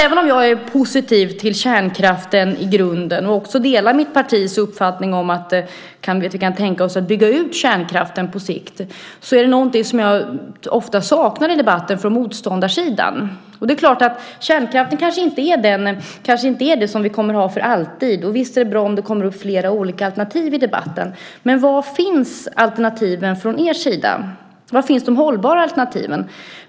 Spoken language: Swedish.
Även om jag är positiv till kärnkraften i grunden och också delar mitt partis uppfattning om att vi kan tänka oss att bygga ut kärnkraften på sikt så är det någonting jag ofta saknar i debatten från motståndarsidan. Det är klart: Kärnkraften kanske inte är något vi kommer att ha för alltid, och visst är det bra om det kommer upp flera olika alternativ i debatten, men var finns alternativen från er sida? Var finns de hållbara alternativen?